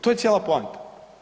To je cijela poanta.